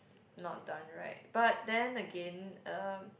~s not done right but then again uh